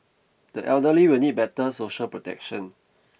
the elderly will need better social protection